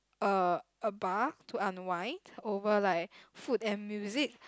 a a bar to unwind over like food and music